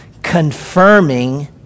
Confirming